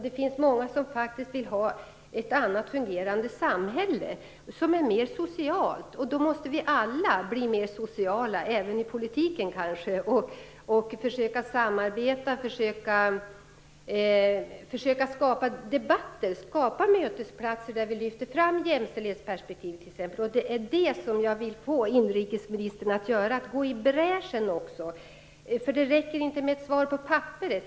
Det finns många som faktiskt vill ha ett annat fungerande samhälle som är mer socialt. Då måste vi alla bli mer sociala, även i politiken kanske, och försöka samarbeta och skapa debatter och mötesplatser där vi lyfter fram jämställdhetsperspektiv t.ex. Det är detta som jag vill få inrikesministern att göra: Att gå i bräschen. Det räcker nämligen inte med ett svar på papperet.